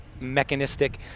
mechanistic